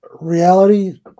Reality